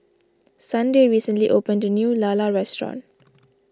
Sunday recently opened a new Lala restaurant